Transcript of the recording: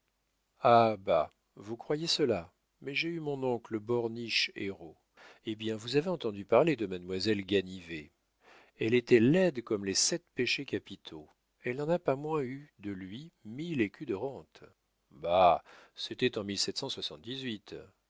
ah bah vous croyez cela mais j'ai eu mon oncle borniche héreau eh bien vous avez entendu parler de mademoiselle ganivet elle était laide comme les sept péchés capitaux elle n'en a pas moins eu de lui mille écus de rente bah c'était en